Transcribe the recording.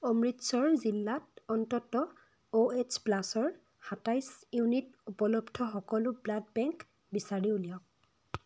অমৃতসৰ জিলাত অন্ততঃ অ'এইচ প্লাছৰ সাতাইছ ইউনিট উপলব্ধ সকলো ব্লাড বেংক বিচাৰি উলিয়াওক